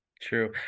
True